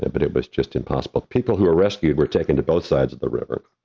ah but it was just impossible. people who are rescued were taken to both sides of the river.